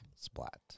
Splat